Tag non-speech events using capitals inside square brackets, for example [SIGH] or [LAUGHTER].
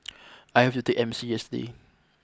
[NOISE] I have to take M C yesterday